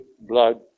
blood